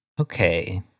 Okay